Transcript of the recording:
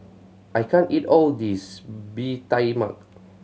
I can't eat all of this Bee Tai Mak